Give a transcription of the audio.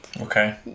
Okay